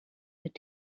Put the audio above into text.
mit